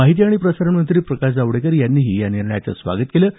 माहिती आणि प्रसारणमंत्री प्रकाश जावडेकर यांनीही या निर्णयाचं स्वागत केलं आहे